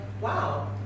wow